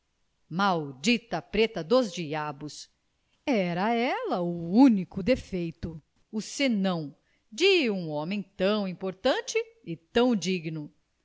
situação maldita preta dos diabos era ela o único defeito o senão de um homem tão importante e tão digno